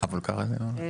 אבל ככה זה נקרא.